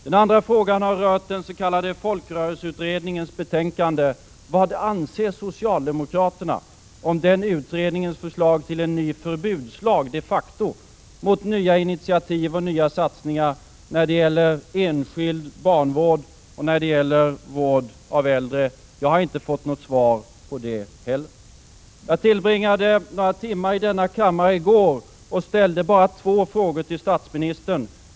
Den andra frågan har rört den s.k. folkrörelseutredningens betänkande: Vad anser socialdemokraterna om den utredningens förslag till de facto en ny förbudslag mot nya initiativ och nya satsningar när det gäller enskild barnvård och vård av äldre? Jag har inte fått något svar på det heller. Jag tillbringade några timmar i denna kammare i går och ställde då bara två frågor till statsministern.